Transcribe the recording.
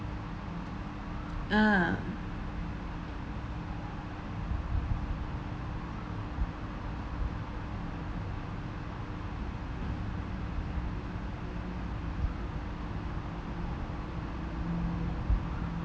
ah